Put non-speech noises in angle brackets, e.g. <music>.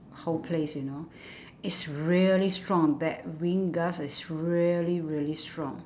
whole place you know <breath> it's really strong that wind gust is really really strong